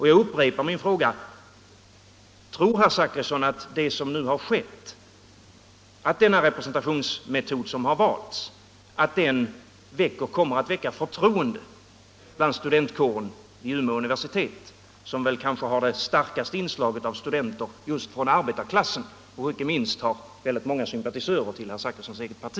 Jag upprepar min fråga: Tror herr Zachrisson —- med det som nu har skett och med den representationsmetod som har valts — att detta kommer att väcka förtroende bland studentkårerna vid Umeå universitet, som kanske har det starkaste inslaget av studenter från arbetarklassen och inte minst har väldigt många sympatisörer till herr Zachrissons eget parti?